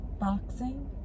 Boxing